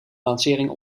lancering